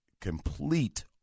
complete